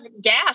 gas